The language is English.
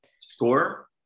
SCORE